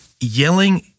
yelling